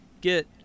get